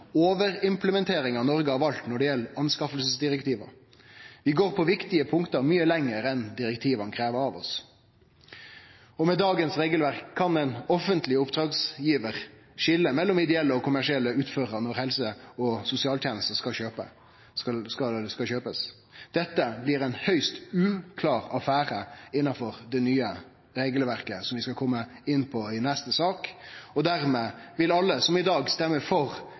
«overimplementeringa» Noreg har valt når det gjeld anskaffingsdirektiva. Vi går på viktige punkt mykje lenger enn direktiva krev av oss. Med dagens regelverk kan ein offentleg oppdragsgivar skilje mellom ideelle og kommersielle utførarar når helse- og sosialtenester skal kjøpast. Dette blir ein høgst uklar affære innanfor det nye regelverket, som vi skal kome inn på i neste sak, og dermed vil alle som i dag stemmer for